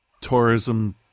tourism